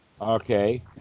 Okay